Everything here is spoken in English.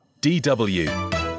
DW